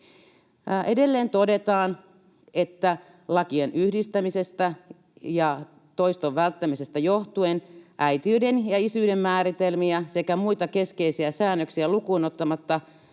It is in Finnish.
Edelleen todetaan, että ”lakien yhdistämisestä ja toiston välttämisestä johtuen äitiyden ja isyyden määritelmiä sekä muita keskeisiä säännöksiä lukuun ottamatta